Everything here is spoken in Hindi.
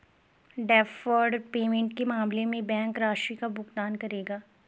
डैफर्ड पेमेंट के मामले में बैंक राशि का भुगतान करेगा